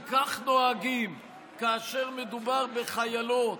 אם כך נוהגים כאשר מדובר בחיילות,